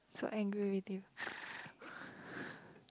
so angry with you